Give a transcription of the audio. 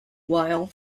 while